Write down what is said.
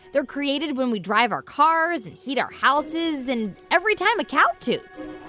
they're created when we drive our cars and heat our houses and every time a cow toots